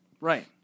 Right